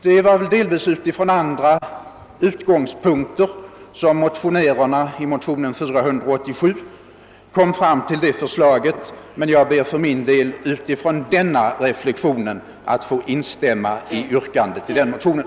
Det var delvis från andra utgångspunkter som motionärerna i motionen II: 487 kom fram till det förslaget, men jag ber för min del, med den nu åberopade motiveringen, att få instämma i yrkandet om bifall till motionen.